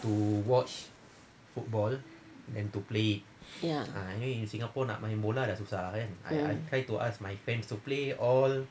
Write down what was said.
ya um